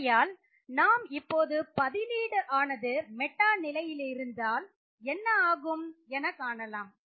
ஆகையால் நாம் இப்போது பதிலீடு ஆனது மெட்டா நிலையிலிருந்தால் என்ன ஆகும் என காணலாம்